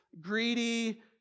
greedy